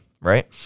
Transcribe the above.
Right